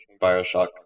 Bioshock